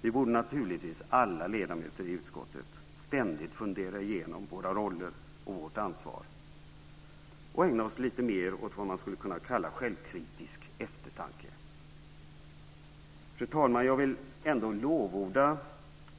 Vi ledamöter i utskottet borde naturligtvis alla ständigt fundera igenom våra roller och vårt ansvar och ägna oss lite mer åt vad man skulle kunna kalla självkritisk eftertanke. Fru talman! Jag vill ändå lovorda